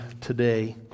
today